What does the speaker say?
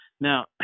Now